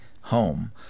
home